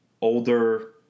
older